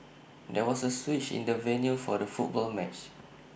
there was A switch in the venue for the football match